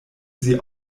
sie